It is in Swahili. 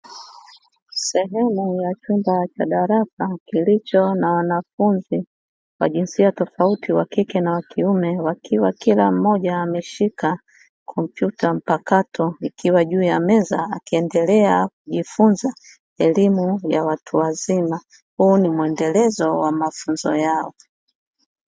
Sehemu ya chumba cha darasa kilicho na wanafunzi wa jinsia tofauti wa kike na wa kiume, wakiwa kila mmoja ameshika kompyuta mpakato. Ikiwa juu ya meza akiendelea kujifunza, elimu ya watu wazima. Huu ni muendelezo wa mafunzo yao.